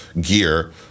gear